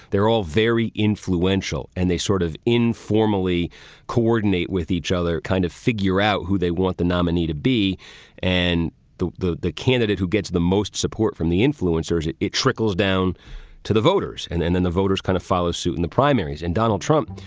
they're all very influential and they sort of informally coordinate with each other, kind of figure out who they want the nominee to be and the the candidate who gets the most support from the influencers. it it trickles down to the voters and and then the voters kind of follow suit in the primaries. and donald trump,